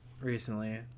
recently